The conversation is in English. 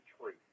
truth